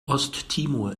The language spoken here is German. osttimor